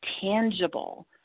tangible